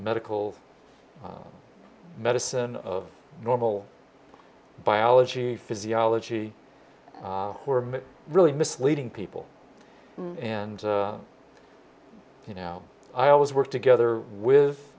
medical medicine of normal biology physiology we're really misleading people and you know i always work together with